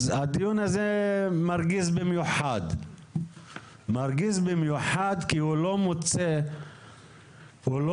הדיון הזה מרגיז במיוחד כי הוא לא מוצא אוזן